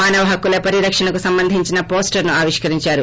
మానవ హక్కుల పరిరక్షణకు సంబంధించిన పోస్టర్ను ఆవిష్కరించారు